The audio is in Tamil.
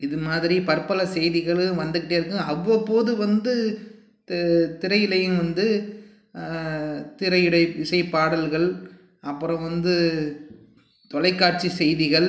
இது மாதிரி பற்பல செய்திகளும் வந்துகிட்டே இருக்கும் அவ்வப்போது வந்து து திரையிலையும் வந்து திரையிடை இசைப்பாடல்கள் அப்புறம் வந்து தொலைக்காட்சி செய்திகள்